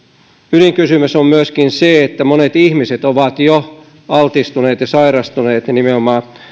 ydinkysymys on myöskin se että monet ihmiset ovat jo altistuneet ja sairastuneet nimenomaan